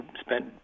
spent